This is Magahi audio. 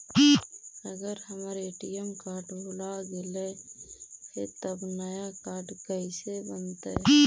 अगर हमर ए.टी.एम कार्ड भुला गैलै हे तब नया काड कइसे बनतै?